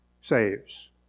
saves